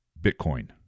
Bitcoin